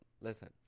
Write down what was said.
listen